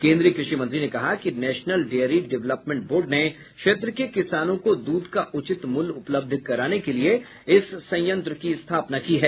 केन्द्रीय कृषि मंत्री ने कहा कि नेशनल डेयरी डेवलपमेंट बोर्ड ने क्षेत्र के किसानों को दूध का उचित मूल्य उपलब्ध कराने के लिए इस संयंत्र की स्थापना की है